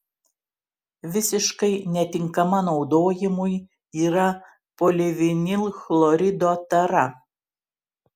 visiškai netinkama naudojimui yra polivinilchlorido tara